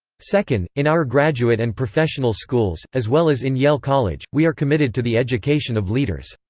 second, in our graduate and professional schools, as well as in yale college, we are committed to the education of leaders.